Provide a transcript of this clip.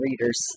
readers